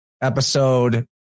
episode